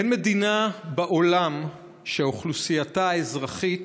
אין מדינה בעולם שאוכלוסייתה האזרחית